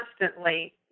constantly